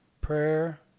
prayer